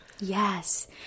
Yes